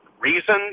reason